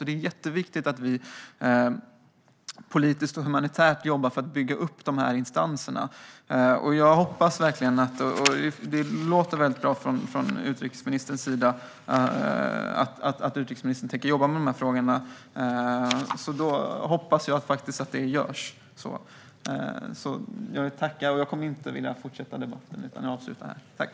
Det är jätteviktigt att vi politiskt och humanitärt jobbar för att bygga upp de här instanserna. Det låter väldigt bra att utrikesministern tänker jobba med de här frågorna, och jag hoppas att det faktiskt görs. Jag tackar för debatten. Jag vill inte fortsätta den utan avslutar den här.